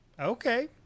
Okay